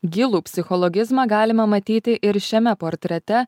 gilų psichologizmą galime matyti ir šiame portrete